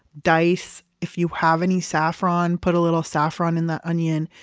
dice if you have any saffron, put a little saffron in that onion,